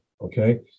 okay